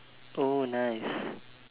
oh nice